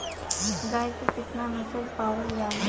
गाय के केतना नस्ल पावल जाला?